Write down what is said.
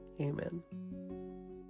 Amen